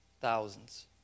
thousands